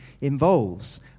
involves